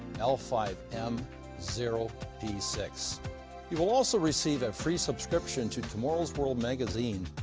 l five m zero p six you will also receive a free subscription to tomorrow's world magazine,